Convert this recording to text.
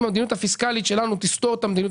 אם המדיניות הפיסקלית שלנו תסתור את המדיניות